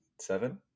seven